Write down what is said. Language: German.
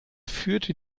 führte